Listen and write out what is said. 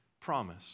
promise